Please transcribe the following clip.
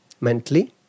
mentally